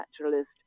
naturalist